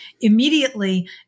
immediately